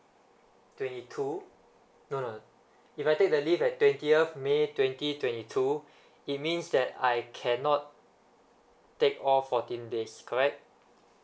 twenty two no no no if I take the leave at twentieth may twenty twenty two it means that I cannot take off fourteen days correct